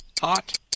hot